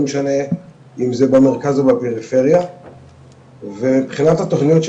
לא משנה אם זה במרכז או בפריפריה והתוכניות של